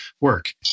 work